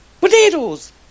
Potatoes